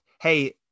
Hey